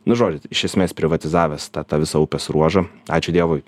nu žodžiu iš esmės privatizavęs tą tą visą upės ruožą ačiū dievui